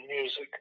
music